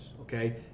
okay